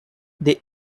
they